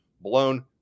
blown